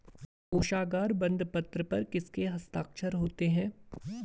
कोशागार बंदपत्र पर किसके हस्ताक्षर होते हैं?